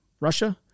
Russia